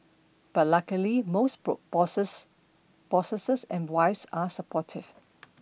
but luckily most boss bosses bosses and wives are supportive